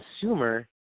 consumer